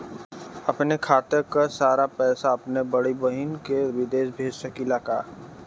अपने खाते क सारा पैसा अपने बड़ी बहिन के विदेश भेज सकीला का?